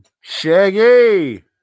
Shaggy